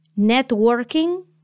networking